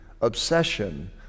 obsession